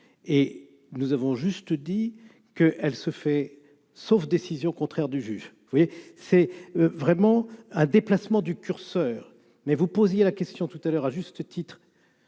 et nous avons juste dit que elle se fait, sauf décision contraire du juge, oui, c'est vraiment un déplacement du curseur mais vous posiez la question tout à l'heure, à juste titre,